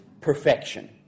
perfection